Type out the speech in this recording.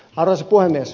arvoisa puhemies